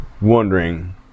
wondering